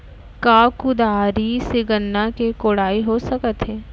का कुदारी से गन्ना के कोड़ाई हो सकत हे?